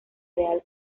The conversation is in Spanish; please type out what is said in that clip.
real